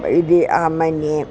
इति अहं मन्ये